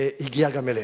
הגיעה גם אלינו.